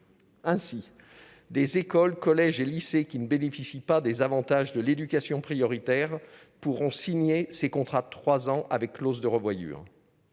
Ainsi, des écoles, collèges et lycées qui ne bénéficient pas des avantages de l'éducation prioritaire pourront signer ces contrats de trois ans avec clause de rendez-vous.